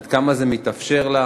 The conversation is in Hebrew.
עד כמה זה מתאפשר לה.